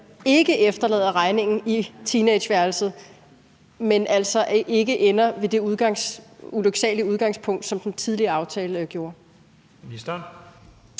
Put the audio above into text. ikke efterlader regningen på teenageværelset, og at det altså ikke ender ved det ulyksalige udgangspunkt, som den tidligere aftale gjorde.